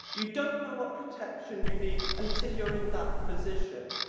you don't know what protection you need until you're in that position.